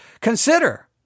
Consider